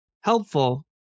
helpful